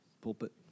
pulpit